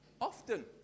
Often